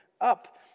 Up